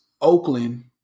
Oakland